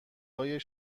های